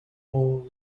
all